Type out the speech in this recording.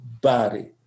body